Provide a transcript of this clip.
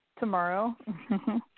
Tomorrow